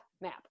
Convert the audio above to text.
map